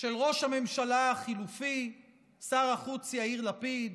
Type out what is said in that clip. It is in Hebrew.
של ראש הממשלה החילופי שר החוץ יאיר לפיד,